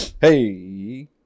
Hey